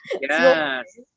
Yes